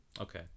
Okay